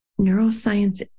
neuroscience